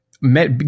met